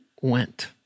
went